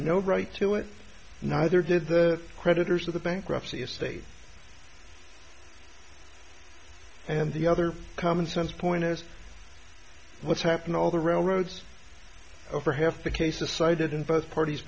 no right to it neither did the creditors of the bankruptcy estate thing and the other common sense point is what's happened all the railroads over half the cases cited in both parties